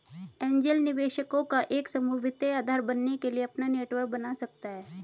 angel निवेशकों का एक समूह वित्तीय आधार बनने के लिए अपना नेटवर्क बना सकता हैं